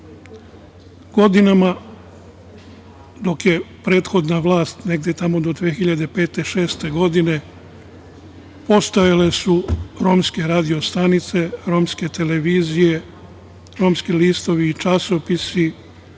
Godinama dok je prethodna vlast, negde tamo do 2005, 2006. godine, postojale su romske radio stanice, romske televizije, romski listovi i časopisi,